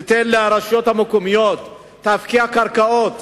תיתן לרשויות המקומיות להפקיע קרקעות,